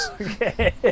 okay